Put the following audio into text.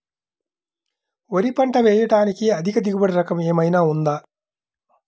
వరి పంట వేయటానికి అధిక దిగుబడి రకం ఏమయినా ఉందా?